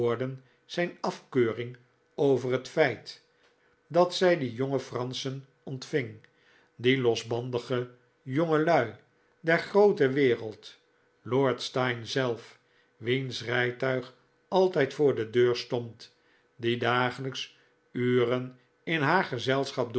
zijn af keuring over het feit dat zij die jonge franschen ontving die losbandige jongelui der groote wereld lord steyne zelf wiens rijtuig altijd voor de deur stond die dagelijks uren in haar gezelschap